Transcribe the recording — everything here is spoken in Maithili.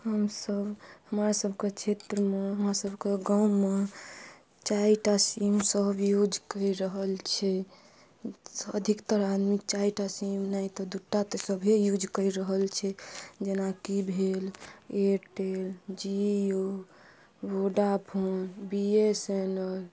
हमसब हमरा सबके क्षेत्रमे हमरा सबके गाँवमे चारिटा सीम सब यूज करि रहल छै अधिकतर आदमी चारिटा सीम नहि तऽ दूटा तऽ सबे यूज़ करि रहल छै जेनाकि भेल एयरटेल जियो वोडाफोन बीएसएनएल